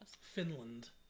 Finland